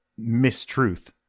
mistruth